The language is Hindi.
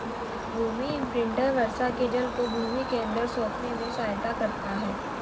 भूमि इम्प्रिन्टर वर्षा के जल को भूमि के अंदर सोखने में सहायता करता है